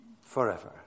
forever